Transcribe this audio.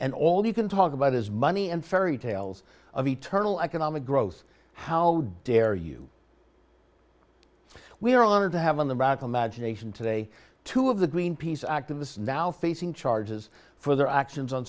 and all you can talk about is money and fairy tales of eternal economic growth how dare you we are honored to have in the back imagination today two of the greenpeace activists now facing charges for their actions on